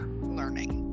learning